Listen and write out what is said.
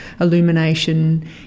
illumination